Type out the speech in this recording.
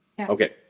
Okay